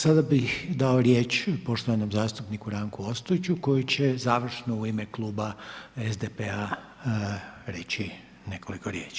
Sada bih dao riječ poštovanom zastupniku Ranku Ostojiću koji će završno u ime Kluba SDP-a reći nekoliko riječi.